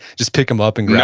just pick him up and, yeah